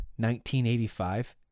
1985